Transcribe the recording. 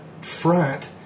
front